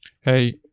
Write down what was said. hey